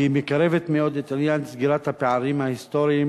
כי היא מקרבת מאוד את עניין סגירת הפערים ההיסטוריים